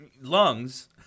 lungs